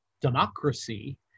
democracy